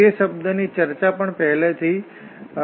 તે શબ્દની ચર્ચા પણ પહેલાથી થઈ છે